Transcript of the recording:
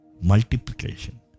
multiplication